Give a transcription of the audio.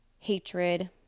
hatred